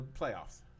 playoffs